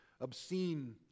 obscene